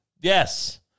Yes